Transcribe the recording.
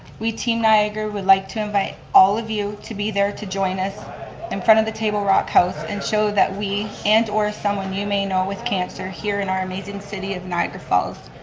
we, team niagara, would like to invite all of you to be there to join us in front of the table rock house and show that we, and or someone you may know with cancer here in our amazing city of niagara falls